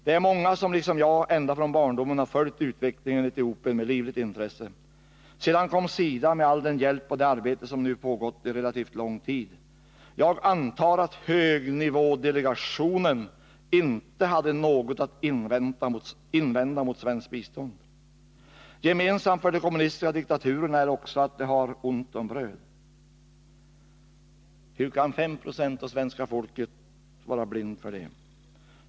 Det är många som liksom jag som ända från barndomen har följt utvecklingen i Etiopien med livligt intresse. Sedan kom SIDA med all hjälp och hela det arbete som nu pågått relativt lång tid. Jag antar att högnivådelegationen inte hade något att invända mot svenskt bistånd. Gemensamt för de kommunistiska diktaturerna är också att de har ont om bröd. Hur kan 5 96 av svenska folket vara blinda för det?